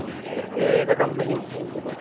okay ഏതാണ് company A സീടെ